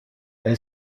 elle